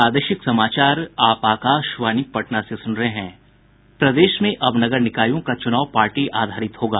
प्रदेश में अब नगर निकायों का चुनाव पार्टी आधारित होगा